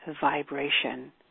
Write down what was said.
vibration